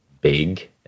big